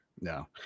No